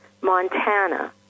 Montana